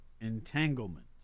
entanglement